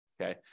Okay